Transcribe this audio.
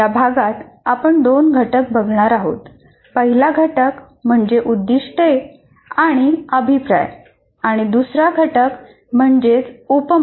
या भागात आपण दोन घटक बघणार आहोत पहिला घटक म्हणजे उद्दिष्टे आणि अभिप्राय आणि दुसरा घटक म्हणजे उपमा